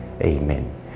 Amen